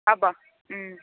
হ'ব